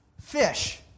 fish